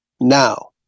now